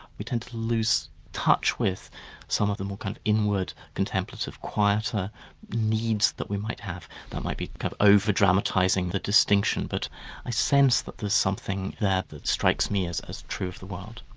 we tend to lose touch with some of the more kind of inward, contemplative, quieter needs that we might have. that might be kind of over-dramatising the distinction but i sense that there's something that that strikes me as as true of the world.